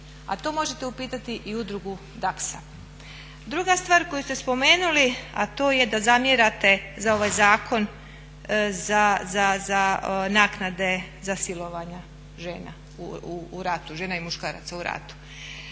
a to možete upitati i Udrugu Daksa. Druga stvar koju ste spomenuli, a to je da zamjerate za ovaj zakon za naknade za silovanje žena i muškaraca u ratu.